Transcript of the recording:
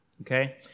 okay